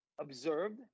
observed